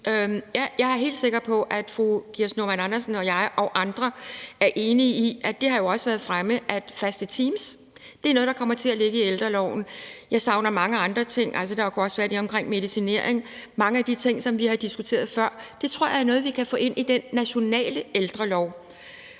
jeg er helt sikker på, at fru Kirsten Normann Andersen og jeg og andre er enige om – det har jo også været fremme – at faste teams er noget, som kommer til at indgå i ældreloven. Jeg savner også mange andre ting. Der kunne også være det med medicinering og mange af de ting, vi har diskuteret før. Det tror jeg er noget, vi kan få ind i den nationale ældrelov,